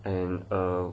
and uh